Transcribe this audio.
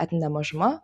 etninė mažuma